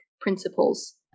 principles